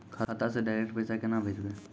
खाता से डायरेक्ट पैसा केना भेजबै?